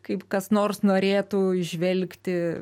kaip kas nors norėtų įžvelgti